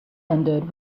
ended